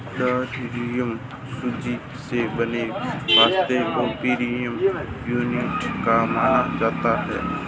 durum सूजी से बने पास्ता को प्रीमियम क्वालिटी का माना जाता है